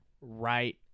right